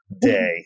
day